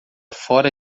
fora